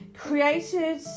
Created